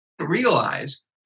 realize